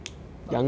solid okay